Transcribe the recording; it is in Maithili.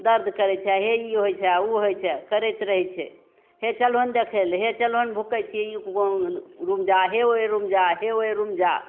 दरद करै छै हे ई होइ छै ओ होइ छै करैत रहै छै हे चलहो ने देखै ले हे चलहो ने भुक्कै छिए ई ओ रूम जा हे एहि रूम जा हे ओहि रूम जा